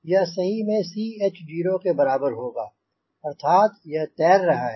यह सही में 𝐶h0 के बराबर होगा अर्थात यह तैर रहा है